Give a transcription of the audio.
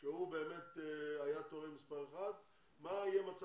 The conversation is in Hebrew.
הוא היה צריך להיות היום אבל הוא לא יכול היה להגיע.